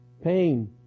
pain